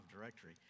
directory